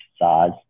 saws